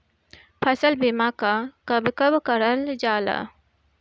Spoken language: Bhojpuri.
फसल बीमा का कब कब करव जाला?